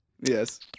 Yes